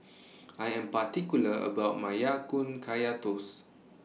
I Am particular about My Ya Kun Kaya Toast